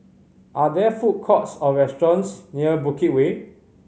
are there food courts or restaurants near Bukit Way